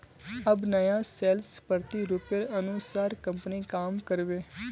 अब नया सेल्स प्रतिरूपेर अनुसार कंपनी काम कर बे